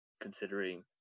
considering